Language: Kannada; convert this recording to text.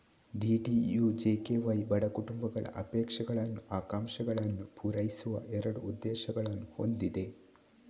ಡಿ.ಡಿ.ಯು.ಜೆ.ಕೆ.ವೈ ಬಡ ಕುಟುಂಬಗಳ ಅಪೇಕ್ಷಗಳನ್ನು, ಆಕಾಂಕ್ಷೆಗಳನ್ನು ಪೂರೈಸುವ ಎರಡು ಉದ್ದೇಶಗಳನ್ನು ಹೊಂದಿದೆ